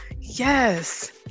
Yes